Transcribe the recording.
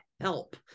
help